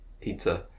pizza